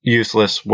useless